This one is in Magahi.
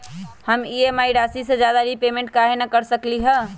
हम ई.एम.आई राशि से ज्यादा रीपेमेंट कहे न कर सकलि ह?